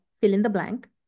fill-in-the-blank